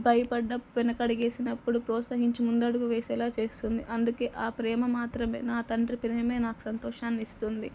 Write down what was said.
భయపడ్డ వెనక అడుగు వేసినపుడు ప్రోత్సహించి ముందడుగు వేసేలా చేస్తుంది అందుకే ఆ ప్రేమ మాత్రమే నా తండ్రి ప్రేమే నాకు సంతోషాన్ని ఇస్తుంది